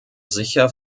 sicher